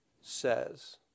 says